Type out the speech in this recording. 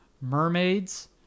Mermaids